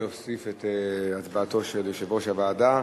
להוסיף את הצבעתו של יושב-ראש הוועדה.